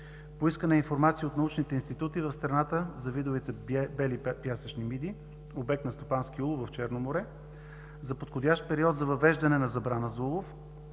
Поискана е информация от научните институти в страната за видовете бели пясъчни миди, обект на стопански улов в Черно море, за подходящ период за въвеждане на забрана за улов,